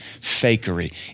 fakery